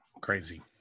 Crazy